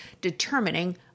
determining